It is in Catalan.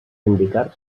indicar